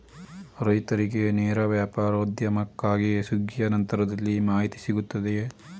ರೈತರಿಗೆ ನೇರ ವ್ಯಾಪಾರೋದ್ಯಮಕ್ಕಾಗಿ ಸುಗ್ಗಿಯ ನಂತರದಲ್ಲಿ ಮಾಹಿತಿ ಸಿಗುತ್ತದೆಯೇ?